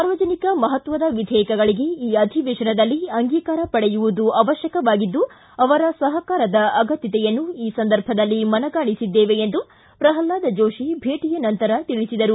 ಸಾರ್ವಜನಿಕ ಮಹತ್ವದ ವಿಧೇಯಕಗಳಿಗೆ ಈ ಅಧಿವೇಶನದಲ್ಲಿ ಅಂಗೀಕಾರ ಪಡೆಯುವುದು ಅವಶ್ಯಕವಾಗಿದ್ದು ಅವರ ಸಹಕಾರದ ಅಗತ್ಯತೆಯನ್ನು ಈ ಸಂದರ್ಭದಲ್ಲಿ ಮನಗಾಣಿಸಿದ್ದೇವೆ ಎಂದು ಪ್ರಲ್ವಾದ ಜೋಶಿ ಭೇಟಿಯ ನಂತರ ತಿಳಿಸಿದರು